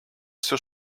все